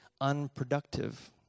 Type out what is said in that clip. unproductive